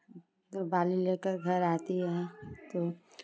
तो बाली लेकर घर आती है तो